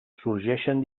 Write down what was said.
sorgeixen